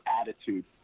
attitude